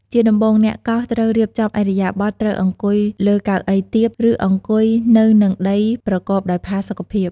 ជាដំបូងអ្នកកោសត្រូវរៀបចំឥរិយាបថ ត្រូវអង្គុយលើកៅអីទាប ឬ អង្គុយនៅនឹងដីប្រកបដោយផាសុកភាព។